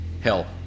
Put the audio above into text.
Hell